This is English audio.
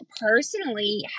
personally